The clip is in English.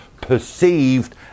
perceived